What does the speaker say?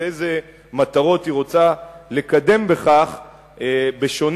ואילו מטרות היא רוצה לקדם בכך בשונה